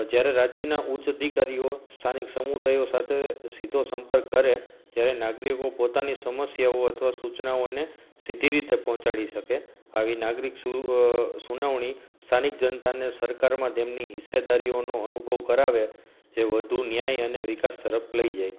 જ્યારે રાજ્યના ઉચ્ચ અધિકારીઓ સ્થાનિક સમુદાયો સાથે સીધો સંપર્ક કરે ત્યારે નાગરિકો પોતાની સમસ્યાઓ અથવા સૂચનાઓને સીધી રીતે પહોંચાડી શકે આવી નાગરિક સુનાવણી સ્થાનિક જનતાને સરકારમાં તેમની હિસ્સેદારીઓનો અનુભવ કરાવે જે વધુ ન્યાય અને વિકાસ તરફ લઈ જાય